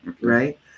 right